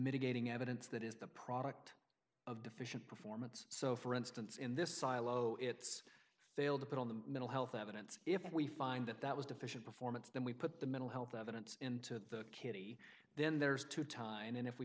mitigating evidence that is the product of deficient performance so for instance in this silo it's failed to put on the middle health evidence if we find that that was deficient performance then we put the mental health evidence into the kitty then there's two tynan if we